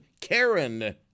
Karen